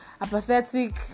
apathetic